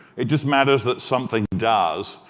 it just matters that something does.